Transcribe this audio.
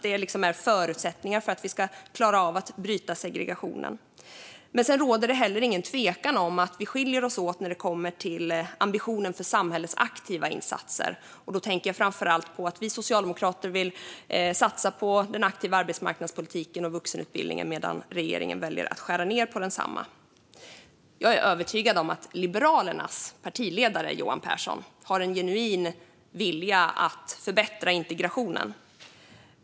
Det är förutsättningar för att vi ska klara av att bryta segregationen. Men det råder inte heller någon tvekan om att vi skiljer oss åt när det kommer till ambitionen för samhällets aktiva insatser. Då tänker jag framför allt på att vi socialdemokrater vill satsa på den aktiva arbetsmarknadspolitiken och vuxenutbildningen, medan regeringen väljer att skära ned där. Jag är övertygad om att Liberalernas partiledare Johan Pehrson har en genuin vilja att förbättra integrationen.